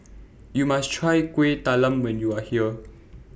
YOU must Try Kueh Talam when YOU Are here